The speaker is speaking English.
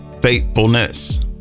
faithfulness